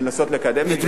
לנסות לקדם את זה.